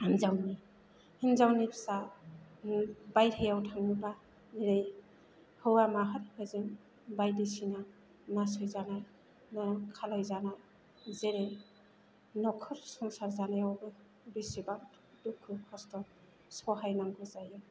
हिन्जावनि फिसानो बायह्रायाव थाङोबा जेरै हौवा माहारिफोरजों बायदिसिना नासयजानाय बा खालामजानाय जेरै न'खर संसार जानायावबो बेसेबां दुखु खस्थ' सहायनांगौ जायो